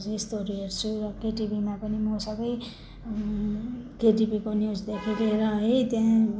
म चाहिँ यस्तोहरू हेर्छु र केटिभीमा पनि म सबै केटिभीको न्युजदेखि लिएर है त्यहाँ